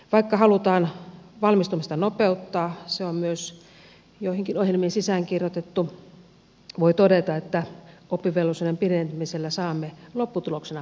vaikka halutaan valmistumista nopeuttaa se on myös joihinkin ohjelmiin sisäänkirjoitettu voi todeta että oppivelvollisuuden pidentämisellä saamme lopputuloksena parempaa aikaan